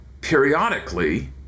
periodically